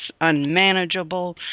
unmanageable